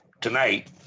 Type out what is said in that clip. tonight